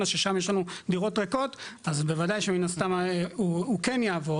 ששם יש לנו דירות ריקות אז בוודאי שמן הסתם הוא כן יעבור,